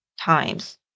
times